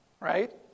right